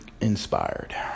inspired